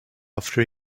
after